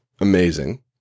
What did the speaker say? amazing